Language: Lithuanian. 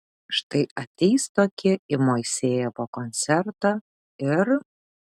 štai ateis tokie į moisejevo koncertą ir